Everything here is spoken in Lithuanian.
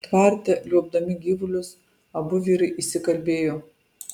tvarte liuobdami gyvulius abu vyrai įsikalbėjo